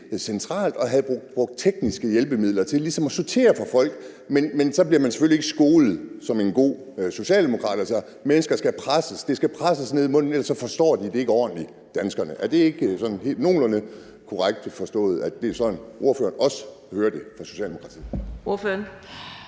centralt og vi brugte tekniske hjælpemidler til ligesom at sortere for folk. Men så bliver man selvfølgelig ikke skolet som en god socialdemokrat, altså hvor mennesker skal presses og det skal proppes ned i halsen på dem, for ellers forstår de, danskerne, det ikke ordentligt. Er det ikke sådan nogenlunde korrekt forstået, at det er sådan, ordføreren også hører det fra Socialdemokratiets side?